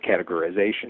categorization